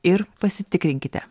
ir pasitikrinkite